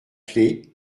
clé